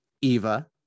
Eva